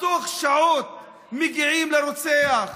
בתוך שעות מגיעים לרוצח.